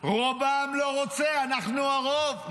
כל הזמן: רוב העם לא רוצה, אנחנו הרוב.